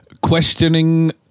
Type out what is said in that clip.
questioning